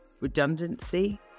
redundancy